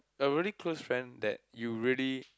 a really close friend that you really